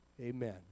Amen